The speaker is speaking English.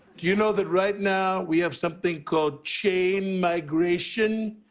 do you know that right now we have something called chain migration?